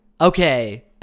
Okay